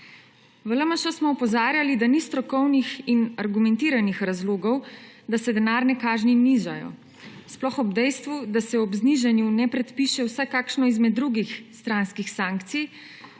V LMŠ smo opozarjali, da ni strokovnih in argumentiranih razlogov, da se denarne kazni nižajo, sploh ob dejstvu, da se ob znižanju ne predpiše vsaj kakšna izmed drugih stranskih sankcij,